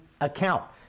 account